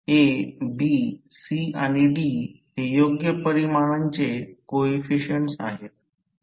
A B C आणि D हे योग्य परिमाणांचे कोइफिसिएंट आहेत